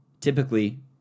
typically